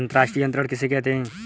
अंतर्राष्ट्रीय अंतरण किसे कहते हैं?